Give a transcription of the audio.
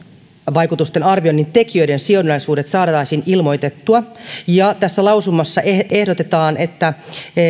vaikutusten arvioinnin tekijöiden sidonnaisuudet saataisiin ilmoitettua tässä lausumassa ehdotetaan että